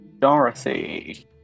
Dorothy